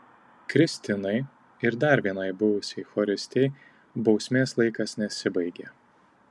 kristinai ir dar vienai buvusiai choristei bausmės laikas nesibaigė